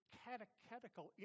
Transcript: catechetical